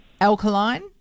alkaline